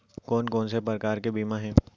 कोन कोन से प्रकार के बीमा हे?